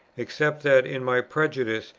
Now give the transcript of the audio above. except that, in my prejudice,